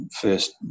first